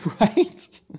right